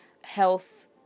health